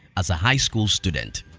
as a high school student.